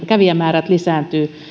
kävijämäärät lisääntyvät